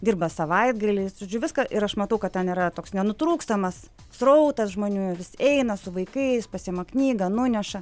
dirba savaitgaliais žodžiu viską ir aš matau kad ten yra toks nenutrūkstamas srautas žmonių vis eina su vaikais pasiima knygą nuneša